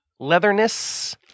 leatherness